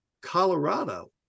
colorado